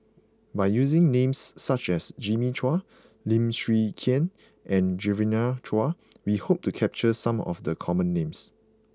by using names such as Jimmy Chua Lim Chwee Chian and Genevieve Chua we hope to capture some of the common names